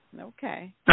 Okay